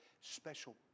special